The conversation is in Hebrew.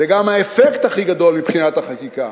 וגם האפקט הכי גדול מבחינת החקיקה,